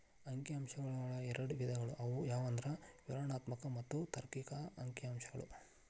ಅಂಕಿ ಅಂಶಗಳೊಳಗ ಎರಡ್ ವಿಧಗಳು ಅವು ಯಾವಂದ್ರ ವಿವರಣಾತ್ಮಕ ಮತ್ತ ತಾರ್ಕಿಕ ಅಂಕಿಅಂಶಗಳು